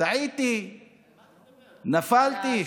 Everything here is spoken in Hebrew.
טעיתי, נפלתי.